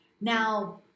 now